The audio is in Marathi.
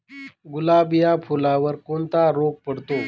गुलाब या फुलावर कोणता रोग पडतो?